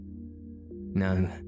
No